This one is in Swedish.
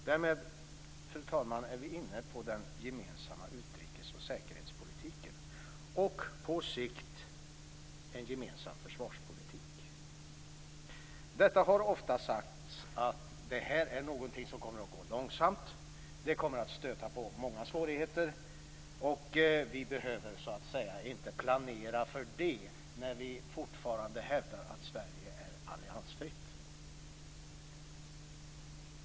Därmed, fru talman, är vi inne på den gemensamma utrikes och säkerhetspolitiken och på sikt en gemensam försvarspolitik. Det har ofta sagts att det här är någonting som kommer att gå långsamt. Det kommer att stöta på många svårigheter. Vi behöver så att säga inte planera för det när vi fortfarande hävdar att Sverige är alliansfritt.